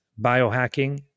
biohacking